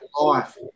life